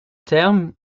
termes